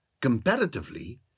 comparatively